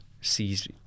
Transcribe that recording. sees